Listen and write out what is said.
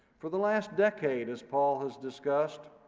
for the last decade, as paul has discussed,